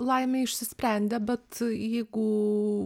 laimei išsisprendė bet jeigu